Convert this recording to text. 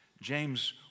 James